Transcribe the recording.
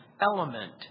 element